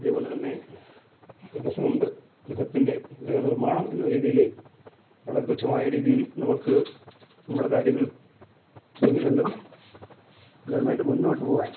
അതേപോലെ തന്നെ ഗ്രഹസം ഗൃഹത്തിൻ്റെ ഗൃഹ നിർമ്മാണം എന്ന രീതിയില് വളരെ തുച്ഛമായ രീതീയിൽ നമുക്ക് നമ്മള് കാര്യങ്ങൾ ചെയ്യുന്നുണ്ട് ഗെവൺമെൻട് മുന്നോട്ട് പോവാൻ